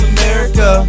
America